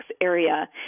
area